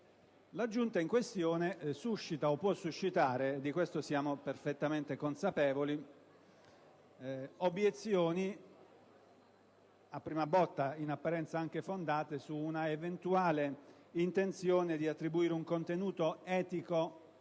L'aggiunta in questione suscita, o può suscitare - ne siamo perfettamente consapevoli - obiezioni, a prima vista, in apparenza, anche fondate, su un'eventuale intenzione di attribuire un contenuto etico